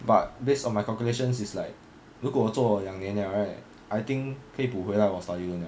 but based on my calculations it's like 如果我做两年了 right I think 可以补回到我的 study loan 了